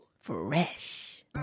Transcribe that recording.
Fresh